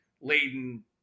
laden